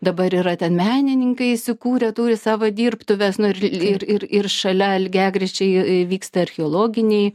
dabar yra ten menininkai įsikūrę turi savo dirbtuves nu ir ir ir šalia lygiagrečiai vyksta archeologiniai